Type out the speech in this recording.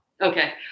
Okay